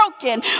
broken